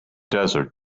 desert